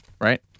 right